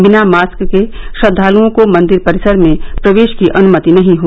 बिना मास्क के श्रद्वालओं को मंदिर परिसर में प्रवेश की अनुमति नहीं है